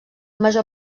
major